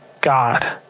God